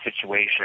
situation